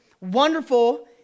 wonderful